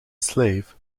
slave